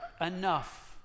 enough